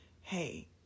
Hey